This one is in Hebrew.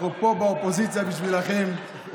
אנחנו פה, באופוזיציה, בשבילכם.